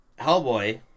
Hellboy